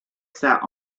sat